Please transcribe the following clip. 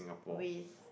with